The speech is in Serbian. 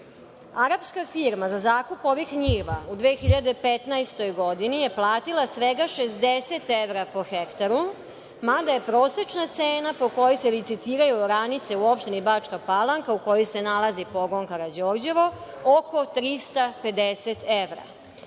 firma za zakup ovih njiva u 2015. godini je platila svega 60 evra po hektaru, mada prosečna cena po kojoj se licitiraju oranice u opštini Bačka Palanka, u kojoj se nalazi pogon Karađorđevo, oko 350 evra.